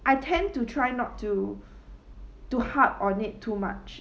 I tend to try not to to harp on it too much